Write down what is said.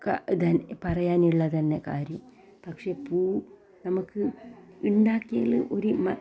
ക ഇതാണ് പറയാനുള്ളതെന്ന കാര്യം പക്ഷേ പൂ നമക്ക് ഉണ്ടാക്കിയയിൽ ഒരു മ